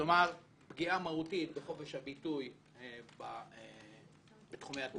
כלומר, פגיעה מהותית בחופש הביטוי בתחומי התרבות.